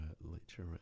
literature